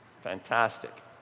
Fantastic